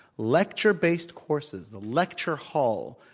lecture-based courses, the lecture hall,